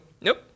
nope